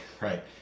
right